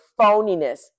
phoniness